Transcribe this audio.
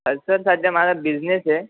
अ sir सध्या माझा business आहे